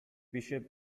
bishop